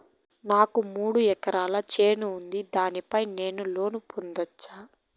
నాకు మూడు ఎకరాలు చేను ఉంది, దాని పైన నేను లోను పొందొచ్చా?